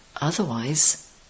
Otherwise